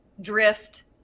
drift